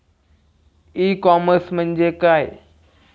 E commerce म्हणजे काय?